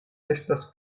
estas